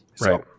Right